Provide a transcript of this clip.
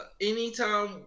anytime